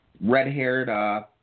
red-haired